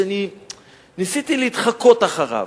שאני ניסיתי להתחקות אחריו,